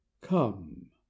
come